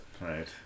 Right